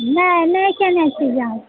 नहि नहि केने छी जाँच